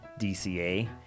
DCA